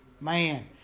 man